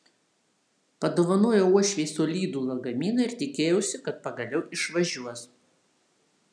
padovanojau uošvei solidų lagaminą ir tikėjausi kad pagaliau išvažiuos